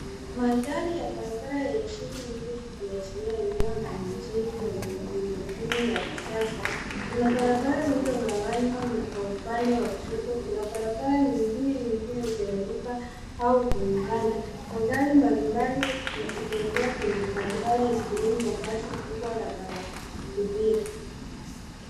Mandhari ya barabara yenye shughuli nyingi, ikiashiria eneo la mjini lenye miundo mbinu ya kisasa. Kuna barabara iliyogawanywa na kwa upande wa kushoto kuna barabara nyingine inayoteremka ua kuungana. Magari mbali mbali yakitembea kwenye barabara ,ikiwemo, mabasi kubwa la abiria.